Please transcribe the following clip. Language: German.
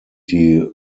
die